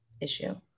issue